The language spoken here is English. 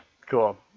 cool